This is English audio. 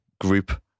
group